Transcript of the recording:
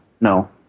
no